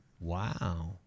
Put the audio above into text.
Wow